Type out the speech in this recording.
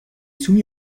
soumis